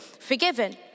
forgiven